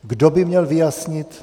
Kdo by měl vyjasnit?